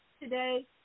today